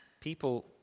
People